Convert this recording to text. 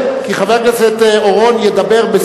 חבר הכנסת חסון,